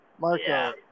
Marco